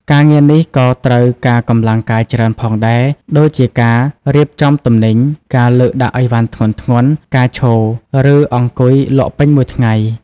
ការងារនេះក៏ត្រូវការកម្លាំងកាយច្រើនផងដែរ ដូចជាការរៀបចំទំនិញ ការលើកដាក់អីវ៉ាន់ធ្ងន់ៗ ការឈរ ឬអង្គុយលក់ពេញមួយថ្ងៃ។